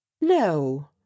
no